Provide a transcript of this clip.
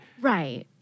Right